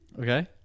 okay